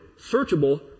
searchable